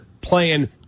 playing